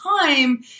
time